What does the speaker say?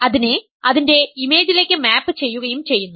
അതിനെ അതിന്റെ ഇമേജിലേക്ക് മാപ് ചെയ്യുകയും ചെയ്യുന്നു